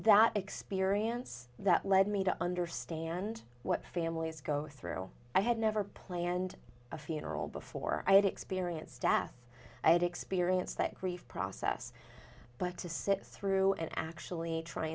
that experience that led me to understand what families go through i had never planned a funeral before i had experienced death i had experienced that grief process but to sift through and actually try